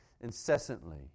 incessantly